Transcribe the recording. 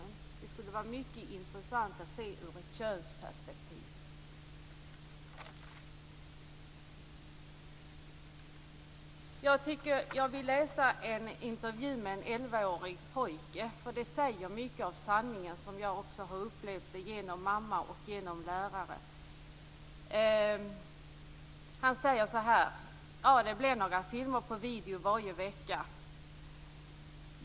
Det skulle vara mycket intressant att se ur ett könsperspektiv. Jag vill läsa ur en intervju med en 11-årig pojke. Den säger mycket av sanningen som jag också har upplevt det genom rollen som mamma och lärare. Han säger så här: Det blir några filmer på video varje vecka.